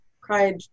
cried